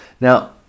Now